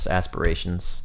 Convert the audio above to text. aspirations